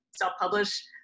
self-publish